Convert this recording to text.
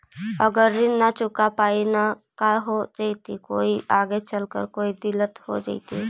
अगर ऋण न चुका पाई न का हो जयती, कोई आगे चलकर कोई दिलत हो जयती?